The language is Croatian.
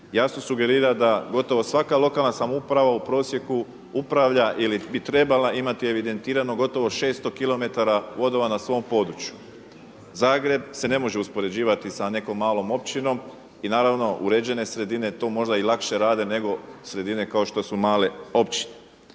jasno sugerira da gotovo svaka lokalna samouprava u prosjeku upravlja ili bi trebala imati evidentirano gotovo 600 kilometara vodova na svom području. Zagreb se ne može uspoređivati sa nekom malom općinom i naravno uređene sredine to možda i lakše rade nego sredine kao što su male općine.